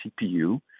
CPU